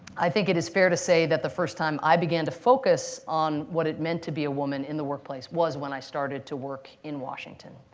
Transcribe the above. i think it is fair to say that the first time i began to focus on what it meant to be a woman in the workplace was when i started to work in washington.